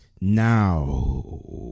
now